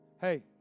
Hey